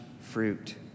fruit